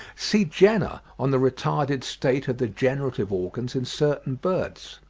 see jenner, on the retarded state of the generative organs in certain birds,